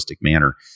manner